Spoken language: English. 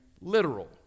literal